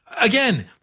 Again